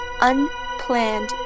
unplanned